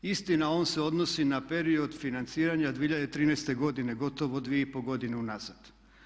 Istina on se odnosi na period financiranja 2013.godine, gotovo 2,5 godine unazad.